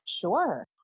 Sure